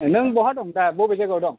नों बहा दं दा बबे जायगाआव दं